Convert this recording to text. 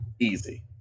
Easy